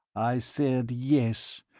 i said yes,